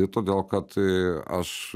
todėl kad tai aš